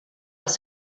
els